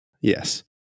Yes